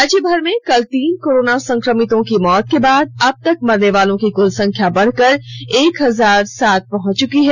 राज्यभर में कल तीन कोरोना संक्रमितों की मौत के बाद अब तक मरनेवालों की कुल संख्या बढ़कर एक हजार सात पहुंच चुकी है